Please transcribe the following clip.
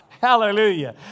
Hallelujah